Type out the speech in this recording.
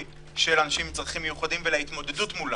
של אנשים עם צרכים מיוחדים ולהתמודדות מולם.